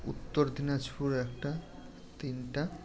উত্তর দিনাজপুর একটা তিনটে